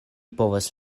povas